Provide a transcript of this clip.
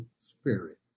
Spirit